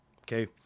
okay